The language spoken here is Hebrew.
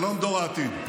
שלום, דור העתיד.